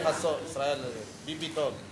"ביביתון".